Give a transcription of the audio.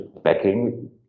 backing